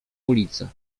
ulice